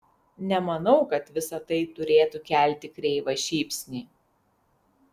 nemanau kad visa tai turėtų kelti kreivą šypsnį